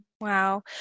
Wow